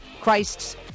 Christ's